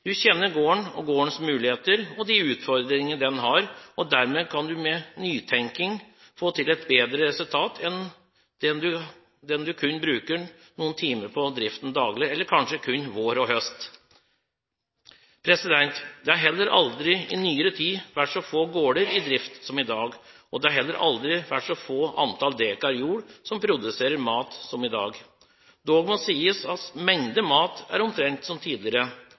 Du kjenner gården og gårdens muligheter og de utfordringer den har, og dermed kan du med nytenking få til et bedre resultat enn om du kun bruker noen timer på driften daglig, eller kanskje kun vår og høst. Det har heller aldri i nyere tid vært så få gårder i drift som i dag, og det har heller aldri vært så få antall dekar jord som produserer mat som i dag. Det må dog sies at mengden mat er omtrent som tidligere.